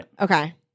Okay